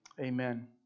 amen